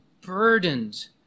burdened